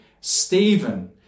Stephen